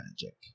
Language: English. magic